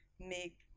make